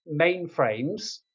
mainframes